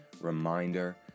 reminder